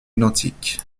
identiques